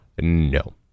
no